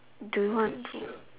do you want to